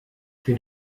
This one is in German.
den